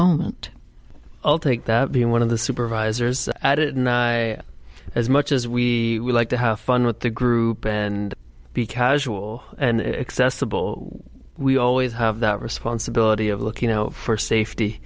moment i'll take that one of the supervisors at it and i as much as we would like to have fun with the group and be casual and accessible we always have that responsibility of look you know for safety